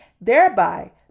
thereby